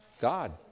God